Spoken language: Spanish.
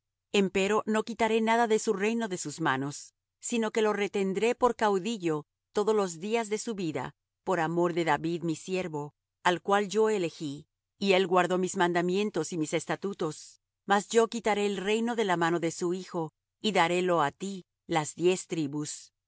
padre empero no quitaré nada de su reino de sus manos sino que lo retendré por caudillo todos los días de su vida por amor de david mi siervo al cual yo elegí y él guardó mis mandamientos y mis estatutos mas yo quitaré el reino de la mano de su hijo y darélo á ti las diez tribus